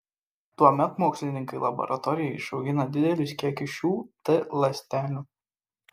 tuomet mokslininkai laboratorijoje išaugina didelius kiekius šių t ląstelių